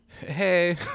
hey